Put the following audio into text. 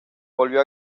volvió